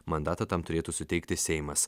mandatą tam turėtų suteikti seimas